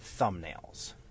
thumbnails